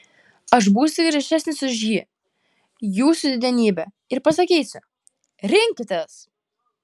aš būsiu griežtesnis už ji jūsų didenybe ir pasakysiu rinkitės